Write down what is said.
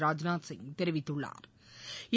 ராஜ்நாத் சிங் தெரிவித்துள்ளாா்